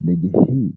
Ndege hii